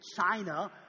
China